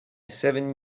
seven